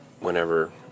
whenever